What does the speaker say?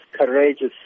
courageous